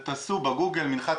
בוקר טוב לכולם.